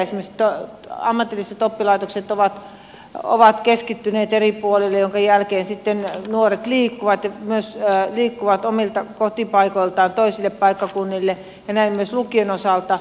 esimerkiksi ammatilliset oppilaitokset ovat keskittyneet eri puolille minkä vuoksi nuoret liikkuvat omilta kotipaikoiltaan toisille paikkakunnille ja näin myös lukion osalta